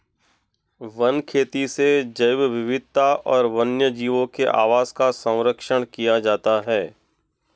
one खेती से जैव विविधता और वन्यजीवों के आवास का सरंक्षण किया जाता है